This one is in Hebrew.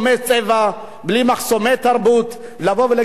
להגיד: אנחנו רוצים להתמודד, לפתור את הבעיה.